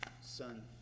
son